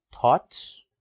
thoughts